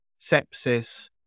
sepsis